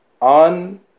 on